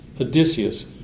Odysseus